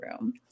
room